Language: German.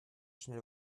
schnell